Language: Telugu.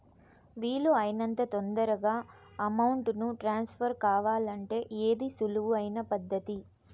వీలు అయినంత తొందరగా అమౌంట్ ను ట్రాన్స్ఫర్ కావాలంటే ఏది సులువు అయిన పద్దతి